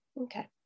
Okay